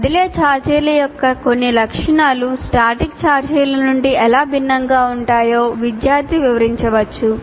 కదిలే ఛార్జీల యొక్క కొన్ని లక్షణాలు స్టాటిక్ ఛార్జీల నుండి ఎలా భిన్నంగా ఉంటాయో విద్యార్థి వివరించవచ్చు